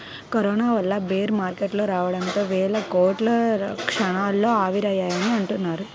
corona వల్ల bear market రావడంతో వేల కోట్లు క్షణాల్లో ఆవిరయ్యాయని అంటున్నారు